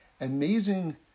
amazing